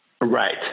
Right